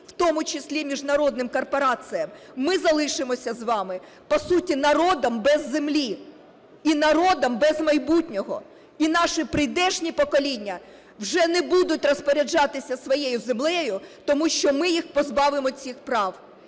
в тому числі й міжнародним корпораціям, ми залишимося з вами, по суті, народом без землі і народом без майбутнього, і наші прийдешні покоління вже не будуть розпоряджатися своєю землею, тому що ми їх позбавимо цих прав.